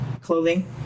clothing